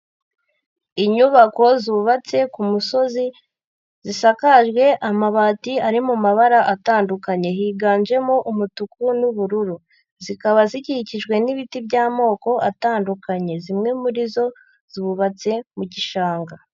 Inyubako zubatse ku musozi zisakajwe amabati ari mabara atandukanye, higanjemo umutuku n'ubururu, zikaba zikikijwe n'ibiti by'amoko atandukanye zimwe muri zo zubatse mu gishanga.